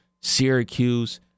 Syracuse